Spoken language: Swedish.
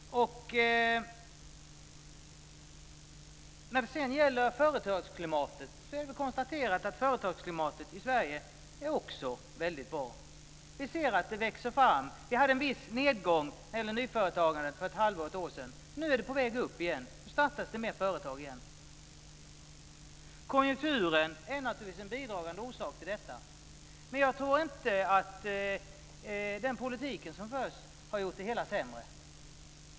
Det är väl konstaterat att företagsklimatet i Sverige också är väldigt bra. Vi hade en viss nedgång när det gäller nyföretagandet för ett halvår eller ett år sedan, men nu är det på väg upp igen. Nu startas det fler företag igen. Konjunkturen är naturligtvis en bidragande orsak till detta, men jag tror inte att den politik som förs har gjort det hela sämre.